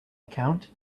account